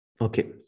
Okay